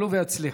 עלו והצליחו.